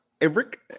Eric